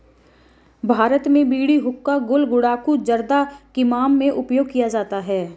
भारत में बीड़ी हुक्का गुल गुड़ाकु जर्दा किमाम में उपयोग में किया जाता है